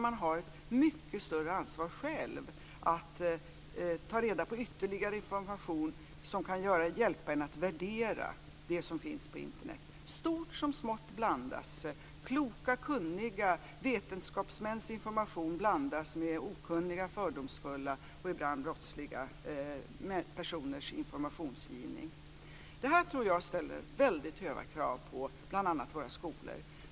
Man har själv större ansvar att ta reda på ytterligare information som kan vara till hjälp i värderingen av det som finns Internet. Stort som smått blandas. Kloka och kunniga vetenskapsmäns information blandas med okunniga, fördomsfulla och ibland brottsliga personers informationsgivning. Detta ställer höga krav på bl.a. våra skolor.